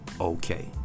okay